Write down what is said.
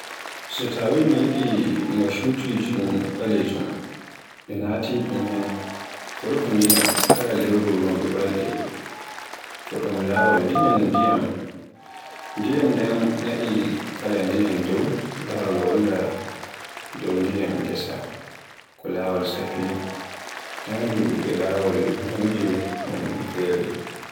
So tawii mi yiɗi no shuudijun balejum, ɓe naati ɗum ɓeen. Gorko ndiyam, kala lewru nduu balɗe, ko ɗuum laawol ndiyam ndiyan. Ndiyam nden na'i, kala ndiyam dow laawol walla dow ndiyam ngesa. Ko laawol safi, daadu, e laawol mawnude mun feere.